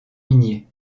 minier